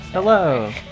hello